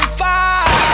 fire